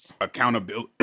accountability